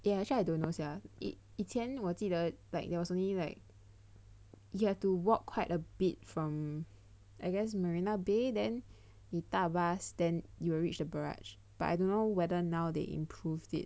actually I don't know sia 以前我记得 like there was only like you have to walk quite a bit from I guess Marina Bay then 你搭 bus then you will reach the barrage but I don't know whether now they improved it